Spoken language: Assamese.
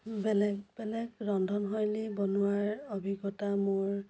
বেলেগ বেলেগ ৰন্ধন শৈলী বনোৱাৰ অভিজ্ঞতা মোৰ